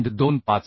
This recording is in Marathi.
25 आहे